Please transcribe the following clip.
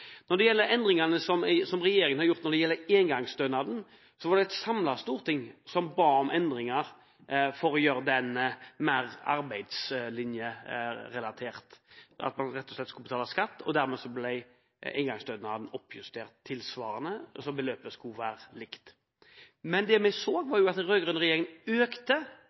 Når det gjelder endringene som regjeringen har gjort med engangsstønaden, var det et samlet storting som ba om endringer for å gjøre den mer arbeidslinjerelatert. Man skulle rett og slett betale skatt, og dermed ble engangsstønaden oppjustert tilsvarende, slik at beløpet skulle være likt. Men vi så at den rød-grønne regjeringen økte